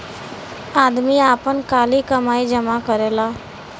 आदमी आपन काली कमाई जमा करेला